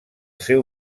seu